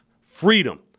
freedom